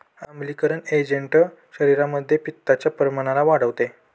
आम्लीकरण एजंट शरीरामध्ये पित्ताच्या प्रमाणाला वाढवते